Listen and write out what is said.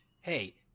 Hey